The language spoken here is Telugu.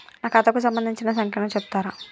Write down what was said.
నా ఖాతా కు సంబంధించిన సంఖ్య ను చెప్తరా?